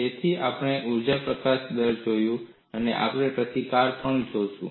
તેથી આપણે ઊર્જા પ્રકાશન દર જોયો છે અને આપણે પ્રતિકાર પણ જોઈશું